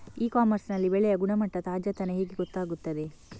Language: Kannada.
ಇ ಕಾಮರ್ಸ್ ನಲ್ಲಿ ಬೆಳೆಯ ಗುಣಮಟ್ಟ, ತಾಜಾತನ ಹೇಗೆ ಗೊತ್ತಾಗುತ್ತದೆ?